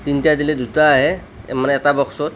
তিনিটা দিলে দুটা আহে মানে এটা বক্সত